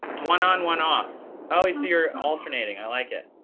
one on, one off. oh, i see. you're alternating. i like it.